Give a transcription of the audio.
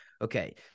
Okay